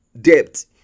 debt